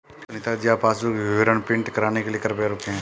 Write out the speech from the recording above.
सुनीता जी आप पासबुक विवरण प्रिंट कराने के लिए कृपया रुकें